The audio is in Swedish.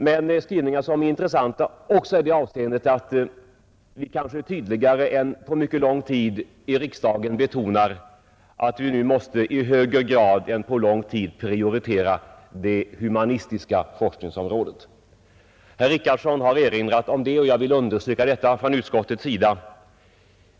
Men det är skrivningar som är intressanta också i det avseendet att de tydligare än på mycket lång tid i riksdagen betonar att vi nu i högre grad än förut måste prioritera det humanistiska forskningsområdet. Herr Richardson har erinrat om det, och jag vill understryka det från utskottets sida.